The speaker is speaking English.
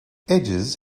edges